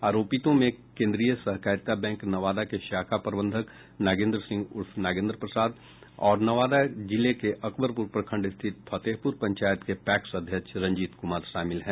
आरोपितों में केंद्रीय सहकारिता बैंक नवादा के शाखा प्रबंधक नागेन्द्र सिंह उर्फ नागेन्द्र प्रसाद और नवादा जिले के अकबरपुर प्रखंड स्थित फतेहपुर पंचायत के पैक्स अध्यक्ष रंजीत कुमार शामिल हैं